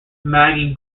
magi